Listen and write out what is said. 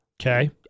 okay